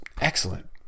excellent